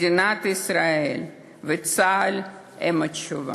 מדינת ישראל וצה"ל הם התשובה.